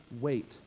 wait